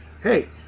hey